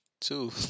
Two